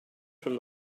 from